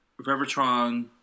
Revertron